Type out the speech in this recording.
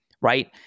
right